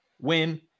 win